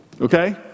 Okay